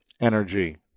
energy